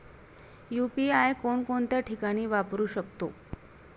UPI कोणकोणत्या ठिकाणी वापरू शकतो?